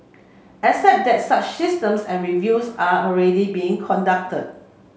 except that such systems and reviews are already being conducted